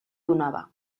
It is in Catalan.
donava